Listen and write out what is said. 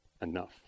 enough